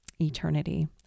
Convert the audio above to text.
eternity